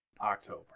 October